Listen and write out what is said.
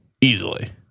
easily